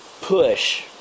push